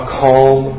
calm